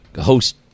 host